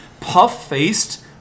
puff-faced